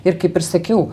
ir kaip ir sakiau